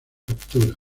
captura